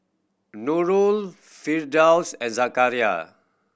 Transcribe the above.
Nurul Firdaus and Zakaria